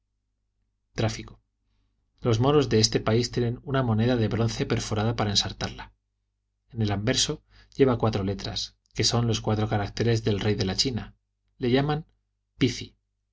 tráfico los moros de este país tienen una moneda de bronce perforada para ensartarla en el anverso lleva cuatro letras que son los cuatro caracteres del rey de la china le llaman